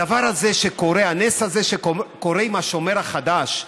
הנס הזה שקורה עם השומר החדש,